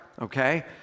Okay